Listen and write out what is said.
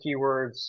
keywords